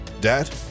Dad